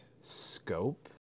scope